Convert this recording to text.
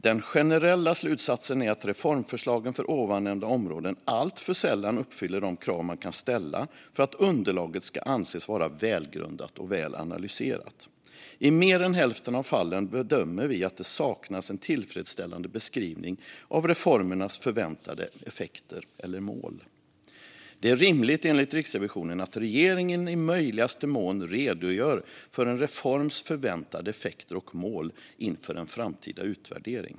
"Den generella slutsatsen är att reformförslagen för ovannämnda områden alltför sällan uppfyller de krav man kan ställa för att underlaget ska kunna anses vara välgrundat och väl analyserat. I mer än hälften av fallen bedömer vi att det saknas en tillfredsställande beskrivning av reformernas förväntade effekter eller mål." Det är rimligt, enligt Riksrevisionen, att regeringen i möjligaste mån redogör för en reforms förväntade effekter eller dess mål i kvantitativa termer. Det är centralt att det finns tydliga mål och förväntade effekter inför en framtida utvärdering.